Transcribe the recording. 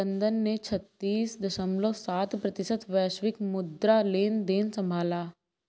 London ने छत्तीस दश्मलव सात प्रतिशत वैश्विक मुद्रा लेनदेन संभाला